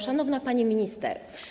Szanowna Pani Minister!